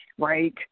Right